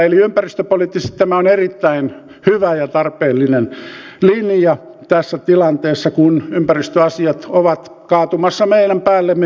eli ympäristöpoliittisesti tämä on erittäin hyvä ja tarpeellinen linja tässä tilanteessa kun ympäristöasiat ovat kaatumassa meidän päällemme hyvin voimakkaasti